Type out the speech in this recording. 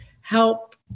help